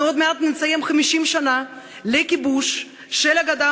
אנחנו עוד מעט נציין 50 שנה לכיבוש של הגדה